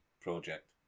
project